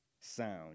sound